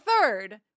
third